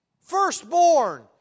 firstborn